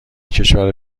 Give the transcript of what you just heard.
کشور